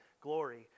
Glory